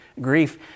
grief